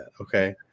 Okay